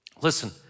Listen